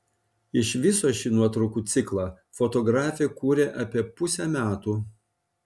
iš viso šį nuotraukų ciklą fotografė kūrė apie pusę metų